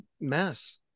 mess